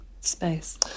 space